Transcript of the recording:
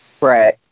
Right